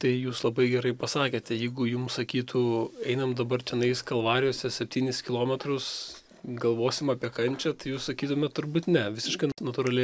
tai jūs labai gerai pasakėte jeigu jum sakytų einam dabar tenais kalvarijose septynis kilometrus galvosim apie kančią tai jūs sakytumėt turbūt ne visiškai natūrali